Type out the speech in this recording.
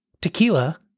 Tequila